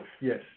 Yes